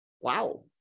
wow